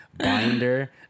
binder